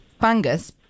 fungus